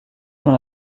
dans